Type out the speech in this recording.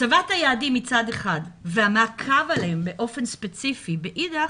הצבת היעדים מצד אחד והמעקב עליהם באופן ספציפי מאידך,